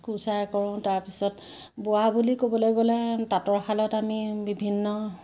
কুৰ্চাৰে কৰোঁ তাৰপিছত বোৱা বুলি ক'বলৈ গ'লে তাঁতৰ শালত আমি বিভিন্ন